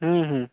हूँ हूँ